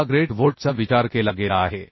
6 great व्होल्टचा विचार केला गेला आहे